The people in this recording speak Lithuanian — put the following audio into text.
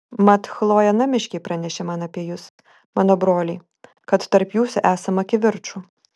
mat chlojė namiškiai pranešė man apie jus mano broliai kad tarp jūsų esama kivirčų